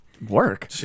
Work